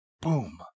Boom